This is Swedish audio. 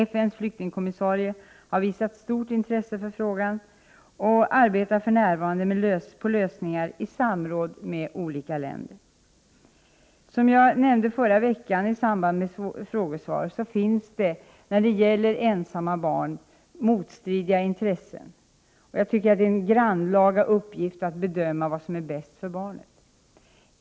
FN:s flyktingkommissarie har visat stort intresse för frågan och arbetar för närvarande på lösningar i samråd med olika länder. Som jag nämnde förra veckan i samband med frågesvar finns det när det gäller ensamma barn motstridiga intressen. Det är en grannlaga uppgift att bedöma vad som är bäst för barnet.